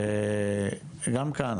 וגם כאן,